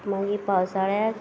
मागी पावसाळ्यांत